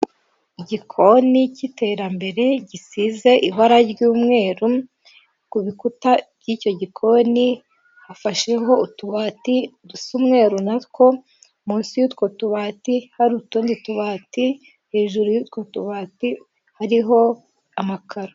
Igikoni k'iterambere gisize ibara ry'umweru, ku bikuta by'icyo gikoni hafasheho utubati dusa umweru na two munsi y'utwo tubati hari utundi tubati, hejuru y'utwo tubati hariho amakaro.